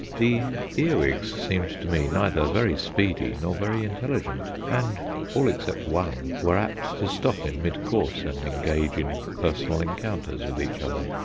the earwigs seemed to me neither very speedy nor very intelligent, and all except one were apt to stop in mid-course and engage in personal encounters with each other.